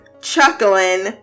chuckling